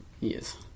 yes